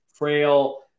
frail